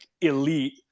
elite